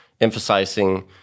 emphasizing